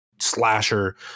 slasher